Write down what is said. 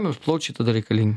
kam mums plaučiai tada reikalingi